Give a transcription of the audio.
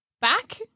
back